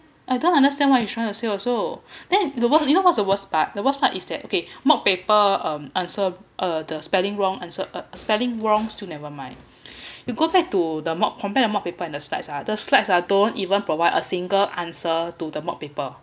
I don't understand what he's trying to say also then the worst you know what's the worst part the worst part is that okay mock paper um the spelling wrong uh spelling wrong still never mind you go back to the mock compared to mock paper in the slides ah the slides are don't even provide a single answer to the mock paper